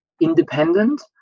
independent